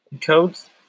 codes